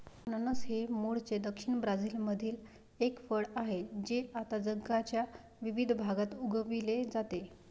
अननस हे मूळचे दक्षिण ब्राझीलमधील एक फळ आहे जे आता जगाच्या विविध भागात उगविले जाते